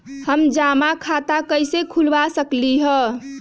हम जमा खाता कइसे खुलवा सकली ह?